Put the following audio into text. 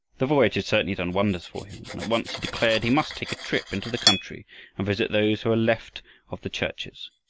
the voyage had certainly done wonders for him, and at once he declared he must take a trip into the country and visit those who were left of the churches.